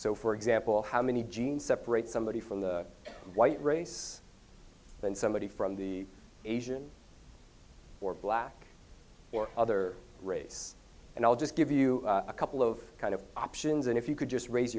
so for example how many genes separate somebody from the white race then somebody from the asian or black or other race and i'll just give you a couple of kind of options and if you could just raise